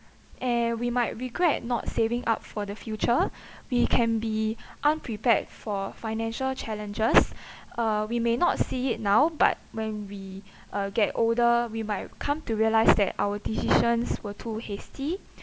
and we might regret not saving up for the future we can be unprepared for financial challenges uh we may not see it now but when we uh get older we might come to realize that our decisions were too hasty